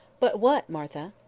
but what, martha?